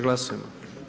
Glasujmo.